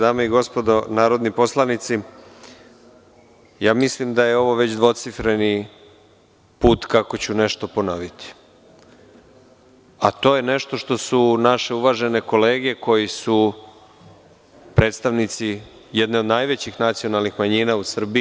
Dame i gospodo narodni poslanici, mislim da je ovo već dvocifreni put kako ću nešto ponoviti, a to je nešto što su naše uvažene kolege koji su predstavnici jedne od najvećih nacionalnih manjina u Srbiji…